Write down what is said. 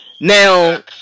Now